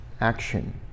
action